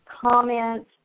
comment